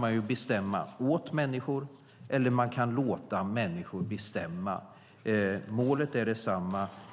man bestämma åt människor eller låta människor bestämma. Målet är detsamma.